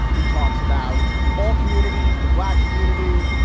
he talks about all communities, the black community.